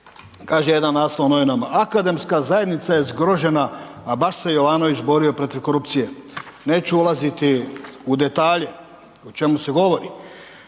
kaže jedan naslov u novinama, akademska zajednica je zgrožena a baš se Jovanović borio protiv korupcije, neću ulaziti u detalje o čemu se govori,